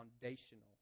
foundational